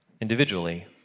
individually